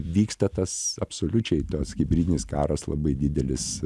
vyksta tas absoliučiai tas hibridinis karas labai didelis